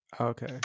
Okay